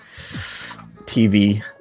TV